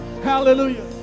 Hallelujah